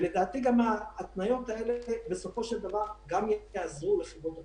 לדעתי ההתניות האלה גם בסופו של דבר יעזרו לחברות התעופה.